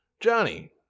Johnny